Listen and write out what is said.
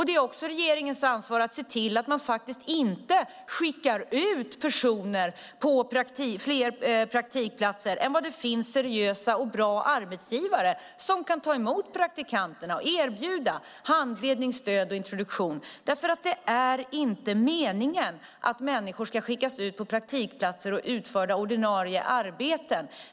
Det är också regeringens ansvar att se till att det inte skickas ut personer på flera praktikplatser än där det finns seriösa och bra arbetsgivare som kan ta emot praktikanterna och erbjuda handledning, stöd och introduktion. Det är ju inte meningen att människor ska skickas ut på praktikplatser och utföra ordinarie arbeten.